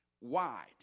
wide